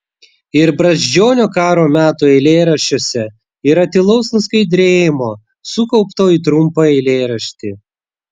ir brazdžionio karo metų eilėraščiuose yra tylaus nuskaidrėjimo sukaupto į trumpą eilėraštį